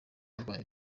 ikibaye